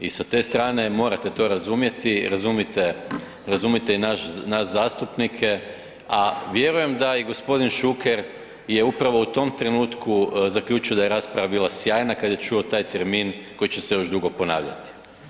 I sa te strane morate to razumjeti, razumite i nas zastupnike, a vjerujem da i gospodin Šuker je upravo u tom trenutku zaključio da je rasprava bila sjajna kad je čuo taj termin koji će se još dugo ponavljati.